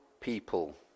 people